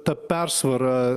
tą persvarą